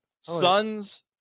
sons